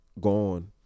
gone